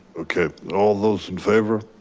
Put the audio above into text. okay, all those in favor?